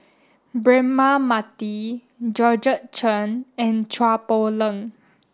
Braema Mathi Georgette Chen and Chua Poh Leng